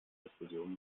diskussionen